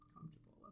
comfortable